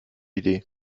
idee